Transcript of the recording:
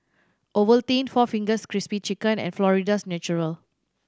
Ovaltine four Fingers Crispy Chicken and Florida's Natural